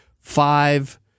five